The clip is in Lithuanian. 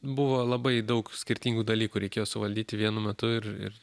buvo labai daug skirtingų dalykų reikėjo suvaldyti vienu metu ir ir